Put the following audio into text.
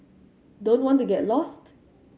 don't want to get lost